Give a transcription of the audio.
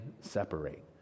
separate